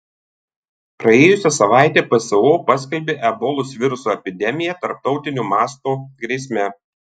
praėjusią savaitę pso paskelbė ebolos viruso epidemiją tarptautinio masto grėsme